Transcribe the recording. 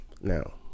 now